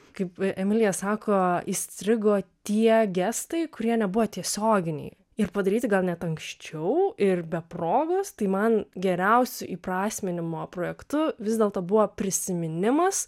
kaip emilija sako įstrigo tie gestai kurie nebuvo tiesioginiai ir padaryti gal net anksčiau ir be progos tai man geriausiu įprasminimo projektu vis dėlto buvo prisiminimas